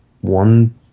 one